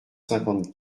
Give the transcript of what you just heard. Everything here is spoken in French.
cinquante